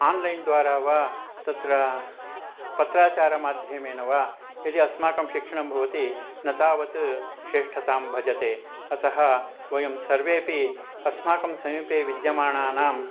online द्वारा वा तत्र पत्राचारमाध्यमेन वा यदि अस्माकं शिक्षणं भवति न तावत् श्रेष्ठतां भजते अतः वयं सर्वेपि अस्माकं समीपे विद्यमानानां